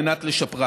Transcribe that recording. על מנת לשפרם.